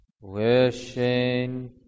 wishing